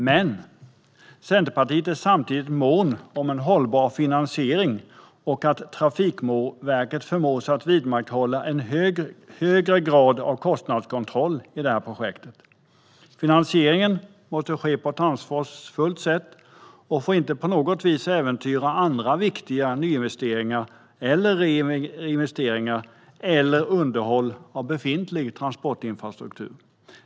Men vi i Centerpartiet är samtidigt måna om en hållbar finansiering och att Trafikverket förmås att vidmakthålla en högre grad av kostnadskontroll i det här projektet. Finansieringen måste ske på ett ansvarsfullt sätt och får inte på något vis äventyra andra viktiga nyinvesteringar, reinvesteringar eller underhåll av befintlig transportinfrastruktur.